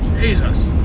Jesus